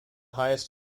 highest